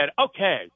Okay